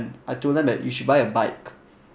I told them that you should buy a bike